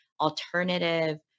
alternative